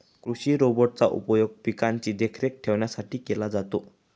कृषि रोबोट चा उपयोग पिकांची देखरेख ठेवण्यासाठी केला जातो